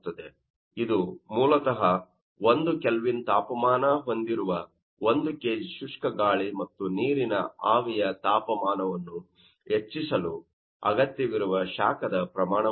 ಇದು ಮೂಲತಃ 1 ಕೆಲ್ವಿನ್ ತಾಪಮಾನ ಹೊಂದಿರುವ 1 ಕೆಜಿ ಶುಷ್ಕ ಗಾಳಿ ಮತ್ತು ನೀರಿನ ಆವಿಯ ತಾಪಮಾನವನ್ನು ಹೆಚ್ಚಿಸಲು ಅಗತ್ಯವಿರುವ ಶಾಖದ ಪ್ರಮಾಣವಾಗಿದೆ